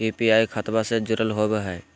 UPI खतबा से जुरल होवे हय?